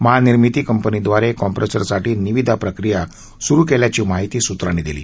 महानिर्मिती कंपनीदवारे कॉम्प्रेसरसाठी निविदा प्रक्रिया सुरु केल्याची माहिती सूत्रानी दिली